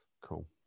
Cool